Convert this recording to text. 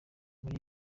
muri